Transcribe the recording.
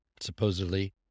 supposedly